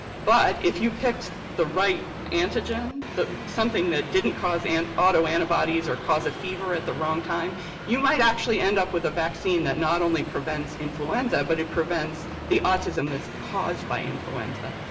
but if you picked the right antigen, something that didn't cause and auto antibodies or cause a fever at the wrong time you might actually end up with a vaccine that not only prevents influenza but it prevents the autism that's caused by influenza.